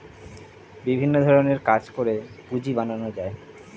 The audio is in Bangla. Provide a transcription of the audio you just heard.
বিভিন্ন ধরণের কাজ করে পুঁজি বানানো যায়